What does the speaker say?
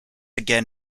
again